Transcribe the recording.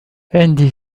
عندي